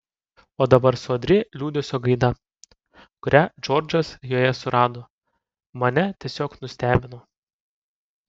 o dabar sodri liūdesio gaida kurią džordžas joje surado mane tiesiog nustebino